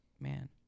Man